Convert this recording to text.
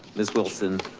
ms. wilson